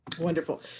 Wonderful